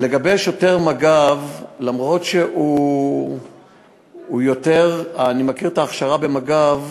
לגבי שוטר מג"ב, אני מכיר את ההכשרה במג"ב,